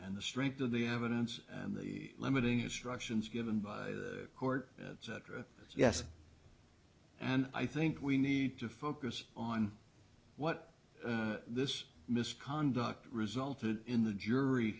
and the strength of the evidence and the limiting instructions given by the court yes and i think we need to focus on what this misconduct resulted in the jury